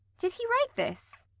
did he write this?